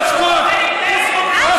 לא,